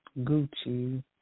gucci